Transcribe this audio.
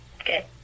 Okay